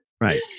right